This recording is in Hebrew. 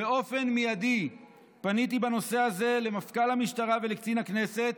באופן מיידי פניתי בנושא הזה למפכ"ל המשטרה ולקצין הכנסת